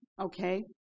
Okay